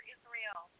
Israel